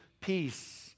peace